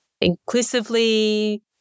inclusively